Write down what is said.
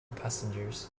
passengers